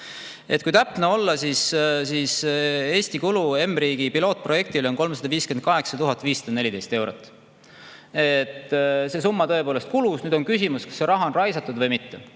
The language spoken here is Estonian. kui täpne olla, siis Eesti kulu mRiigi pilootprojektile on 358 514 eurot. See summa tõepoolest kulus ja nüüd on küsimus, kas see raha on raisatud või mitte.